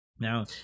now